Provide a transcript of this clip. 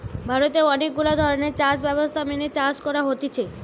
ভারতে অনেক গুলা ধরণের চাষ ব্যবস্থা মেনে চাষ করা হতিছে